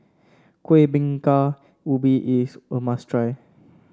Kuih Bingka Ubi is a must try